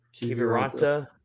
Kiviranta